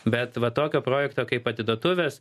bet va tokio projekto kaip atiduotuvės